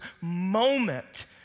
moment